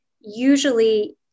usually